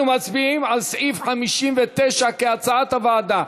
אנחנו מצביעים על סעיף 59, כהצעת הוועדה.